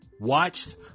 watched